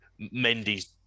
Mendy's